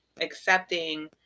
accepting